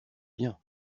bien